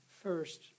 first